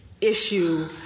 issue